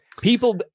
People